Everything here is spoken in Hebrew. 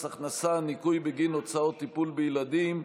מס הכנסה (ניכוי בגין הוצאות טיפול בילדים),